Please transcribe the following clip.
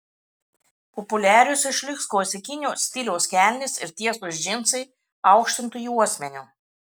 populiarios išliks klasikinio stiliaus kelnės ir tiesūs džinsai aukštintu juosmeniu